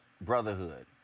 brotherhood